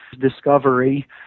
discovery